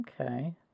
Okay